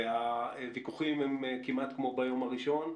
הוויכוחים הם כמעט כמו ביום הראשון,